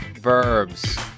Verbs